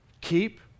Keep